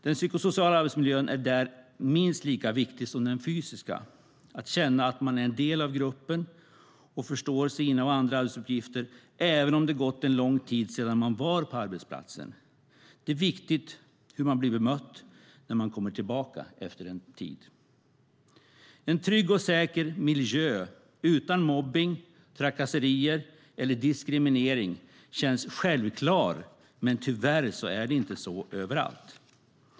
Den psykosociala arbetsmiljön är där minst lika viktig som den fysiska; att känna att man är en del av gruppen och förstår sina och andras arbetsuppgifter även om det har gått en lång tid sedan man var på arbetsplatsen. Det är viktigt hur man blir bemött när man kommer tillbaka efter en tid. En trygg och säker miljö utan mobbning och trakasserier eller diskriminering känns självklar, men tyvärr är det inte så överallt.